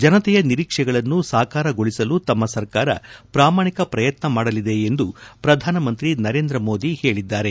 ಜನತೆಯ ನಿರೀಕ್ಷೆಗಳನ್ನು ಸಾಕಾರಗೊಳಿಸಲು ತಮ್ಮ ಸರ್ಕಾರ ಪ್ರಾಮಾಣಿಕ ಪ್ರಯತ್ನ ಮಾಡಲಿದೆ ಎಂದು ಪ್ರಧಾನ ಮಂತ್ರಿ ನರೇಂದ್ರ ಮೋದಿ ಹೇಳಿದ್ದಾರೆ